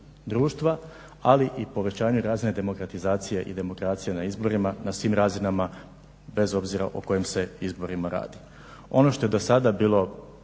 ali i povećanju razine demokratizacije i demokracije na izborima na svim razinama bez obzira o kojim se izborima radi. Ono što je do sada bilo